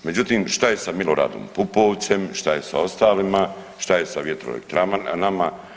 Međutim, šta je sa Miloradom Pupovcem, šta je sa ostalima, šta je sa vjetroelektranama?